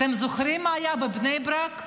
אתם זוכרים מה היה בבני ברק,